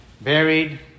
buried